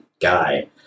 guy